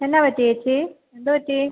എന്താ പറ്റിയത് ചേച്ചി എന്തു പറ്റി